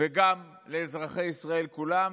וגם לאזרחי ישראל כולם,